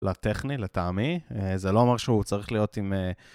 לטכני, לטעמי, זה לא אומר שהוא צריך להיות עם...